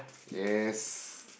yes